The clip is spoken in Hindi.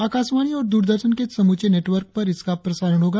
आकाशवाणी और दूरदर्शन के समूचे नेटवर्क पर इसका प्रसारण होगा